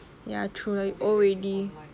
ya true we old already